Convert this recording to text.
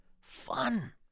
Fun